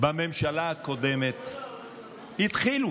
בממשלה הקודמת התחילו.